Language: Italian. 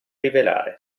rivelare